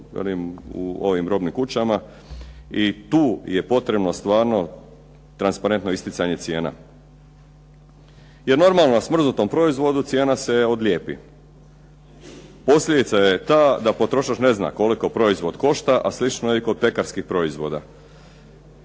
u ovim robnim kućama i tu je potrebno stvarno transparentno isticanje cijena. Jer normalno, na smrznutom proizvodu cijena se odlijepi. Posljedica je ta da potrošač ne zna koliko proizvod košta, a slično je i kod pekarskih proizvoda.